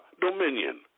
dominion